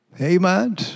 Amen